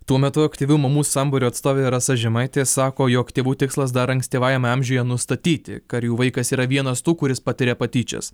tuo metu aktyvių mamų sambūrio atstovė rasa žemaitė sako jog tėvų tikslas dar ankstyvajame amžiuje nustatyti jų vaikas yra vienas tų kuris patiria patyčias